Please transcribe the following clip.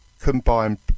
combined